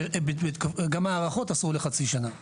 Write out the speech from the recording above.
גם הארכות אסור לחצי שנה.